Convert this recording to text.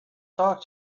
talk